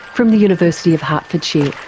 from the university of hertfordshire